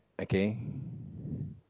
okay